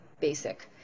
basic